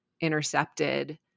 intercepted